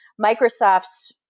Microsoft's